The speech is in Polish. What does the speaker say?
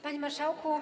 Panie Marszałku!